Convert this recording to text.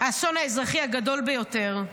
האסון האזרחי הגדול ביותר,